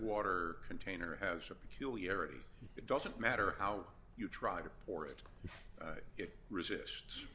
water container has a peculiarity it doesn't matter how you try to pour it it resist